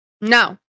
No